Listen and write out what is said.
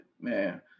Man